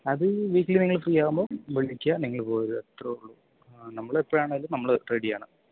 അത് വീക്കിലി നിങ്ങൾ ഫ്രീയാവുമ്പോൾ വിളിക്കുക നിങ്ങൾ പോരുക അത്ര ഉള്ളൂ ആഹ് നമ്മൾ എപ്പോഴാണേലും നമ്മൾ റെഡിയാണ്